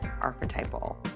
archetypal